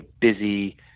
busy